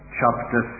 chapter